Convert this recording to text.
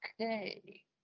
Okay